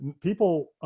people